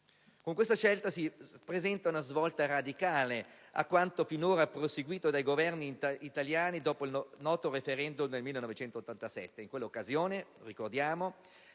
Con questa scelta si presenta una svolta radicale a quanto finora perseguito dai Governi italiani dopo il noto *referendum* del 1987. In quella occasione, lo ricordiamo,